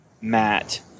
Matt